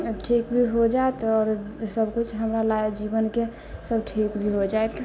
ठीक भी हो जाएत आओर सबकिछु हमरालए जीवनके सब ठीक भी हो जाएत